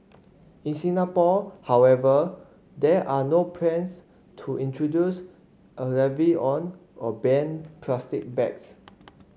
in Singapore however there are no plans to introduce a levy on or ban plastic bags